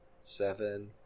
seven